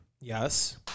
Yes